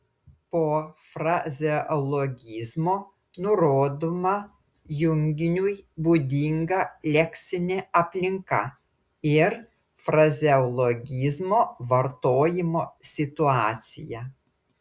po frazeologizmo nurodoma junginiui būdinga leksinė aplinka ir frazeologizmo vartojimo situacija